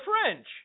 French